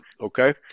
okay